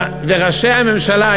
וראשי הממשלה,